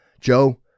Joe